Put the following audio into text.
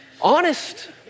honest